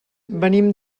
venim